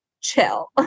chill